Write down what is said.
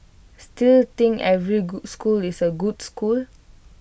still think every school is A good school